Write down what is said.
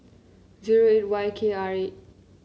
zero A Y K R eight